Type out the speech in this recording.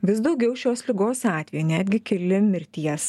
vis daugiau šios ligos atvejų netgi keli mirties